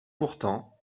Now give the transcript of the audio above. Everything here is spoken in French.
pourtant